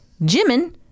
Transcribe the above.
Jimin